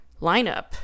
lineup